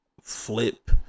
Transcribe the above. flip